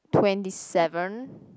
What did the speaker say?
twenty seven